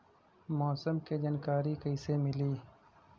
मौसम के जानकारी कैसे मिली?